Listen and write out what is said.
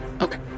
Okay